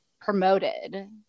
promoted